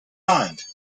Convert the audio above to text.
mind